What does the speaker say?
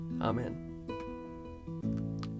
Amen